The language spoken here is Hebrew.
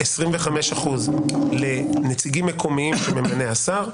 25% לנציגים מקומיים שממנה השר,